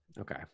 Okay